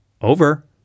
over-